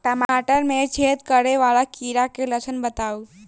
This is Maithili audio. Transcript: टमाटर मे छेद करै वला कीड़ा केँ लक्षण बताउ?